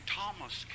Thomas